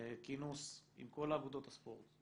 כינוס עם כל אגודות הספורט,